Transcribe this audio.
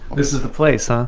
this is the place, huh?